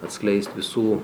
atskleist visų